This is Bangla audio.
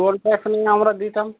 টোল ট্যাক্স নয় আমরা দিতাম